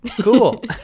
cool